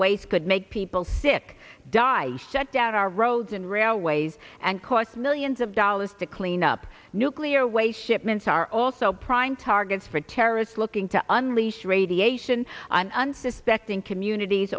waste could make people sick die shut down our roads and railways and cost millions of dollars to clean up nuclear waste shipments are also prime targets for terrorists looking to unleash radiation on unsuspecting communities